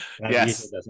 Yes